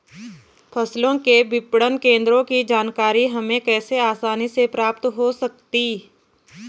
फसलों के विपणन केंद्रों की जानकारी हमें कैसे आसानी से प्राप्त हो सकती?